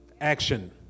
Action